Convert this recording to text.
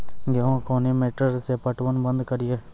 गेहूँ कोनी मोटर से पटवन बंद करिए?